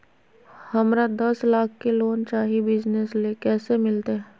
हमरा दस लाख के लोन चाही बिजनस ले, कैसे मिलते?